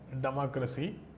democracy